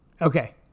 Okay